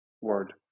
word